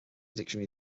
dictionary